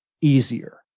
easier